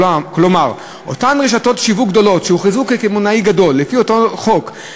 כלומר אותן רשתות שיווק גדולות שהוכרזו "קמעונאי גדול" לפי אותו חוק.